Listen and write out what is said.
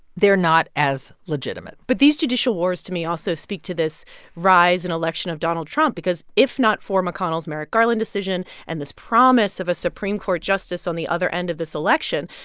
they're not as legitimate but these judicial wars, to me, also speak to this rise and election of donald trump because if not for mcconnell's merrick garland decision and this promise of a supreme court justice on the other end of this election,